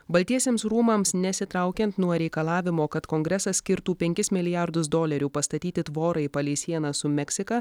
baltiesiems rūmams nesitraukiant nuo reikalavimo kad kongresas skirtų penkis milijardus dolerių pastatyti tvorai palei sieną su meksika